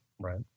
Right